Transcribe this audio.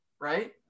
right